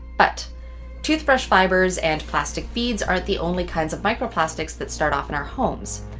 but toothbrush fibers and plastic beads aren't the only kinds of microplastics that start off in our homes.